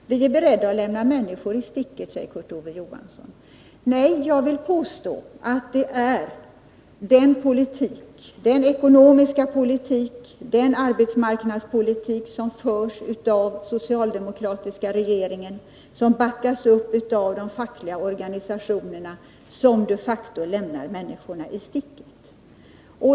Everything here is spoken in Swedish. Vi är beredda att lämna människor i sticket, säger Kurt Ove Johansson också. Nej, jag vill påstå att det är den ekonomiska politik och den arbetsmarknadspolitik som förs av den socialdemokratiska regeringen och som backas upp av de fackliga organisationerna som de facto lämnar människorna i sticket.